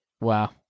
Wow